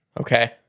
Okay